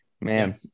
man